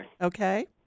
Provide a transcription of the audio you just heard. Okay